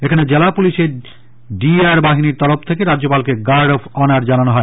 এখানে জেলা পুলিশের ডিএআর বাহিনীর তরফ থেকে রাজ্যপালকে গার্ড অব অনার জানানো হয়